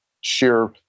sheer